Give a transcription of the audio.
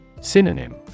Synonym